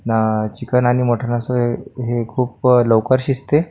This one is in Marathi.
चिकन आणि मटन असो ही खूप लवकर शिजते